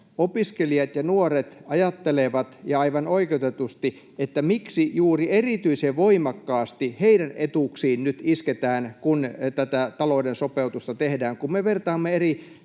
opiskelijat ja nuoret ajattelevat — ja aivan oikeutetusti — miksi erityisen voimakkaasti juuri heidän etuuksiinsa nyt isketään, kun tätä talouden sopeutusta tehdään. Kun me vertaamme eri